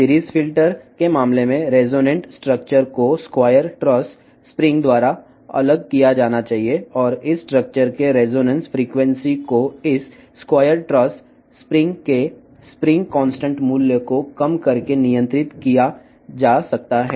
series ఫిల్టర్ల విషయంలో resonance నిర్మాణాల ను చదరపు ట్రస్ స్ప్రింగ్ ద్వారా వేరు చేయాలి మరియు రెసోనెన్స్ ఫ్రీక్వెన్సీని ఈ స్క్వేర్ ట్రస్ స్ప్రింగ్ యొక్క స్ప్రింగ్ కాన్స్టాంట్ విలువను తగ్గించడం ద్వారా నియంత్రించవచ్చు ను